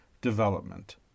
development